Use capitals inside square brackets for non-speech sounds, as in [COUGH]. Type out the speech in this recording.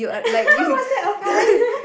[LAUGHS] was that a pun [LAUGHS]